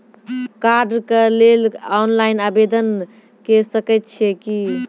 कार्डक लेल ऑनलाइन आवेदन के सकै छियै की?